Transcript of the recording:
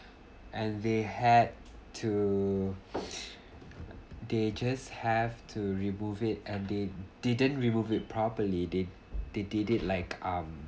and they had to they just have have to remove it and they didn't remove it properly they they did it like um